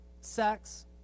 sex